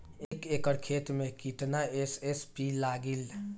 एक एकड़ खेत मे कितना एस.एस.पी लागिल?